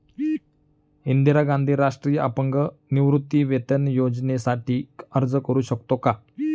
इंदिरा गांधी राष्ट्रीय अपंग निवृत्तीवेतन योजनेसाठी अर्ज करू शकतो का?